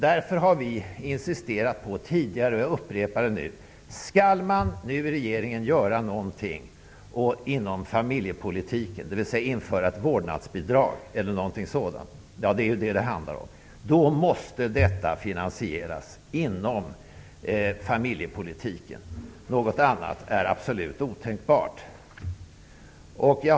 Därför har vi insisterat på det som jag nu upprepar: Om regeringen skall göra något inom familjepolitiken, dvs. införa vårdnadsbidrag, så måste det finansieras inom familjepolitiken. Något annat är absolut otänkbart.